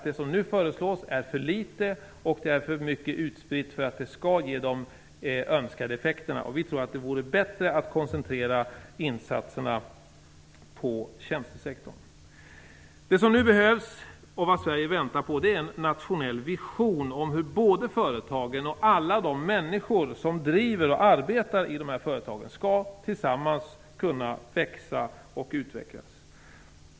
Det som nu föreslås är för litet, och det är för mycket utspritt för att det skall ge de önskade effekterna. Vi tror att det vore bättre att koncentrera insatserna på tjänstesektorn. Det som nu behövs, och vad Sverige väntar på, är en nationell vision om hur både företagen och alla de människor som driver och arbetar i de här företagen tillsammans skall kunna växa och utvecklas.